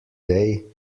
day